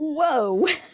whoa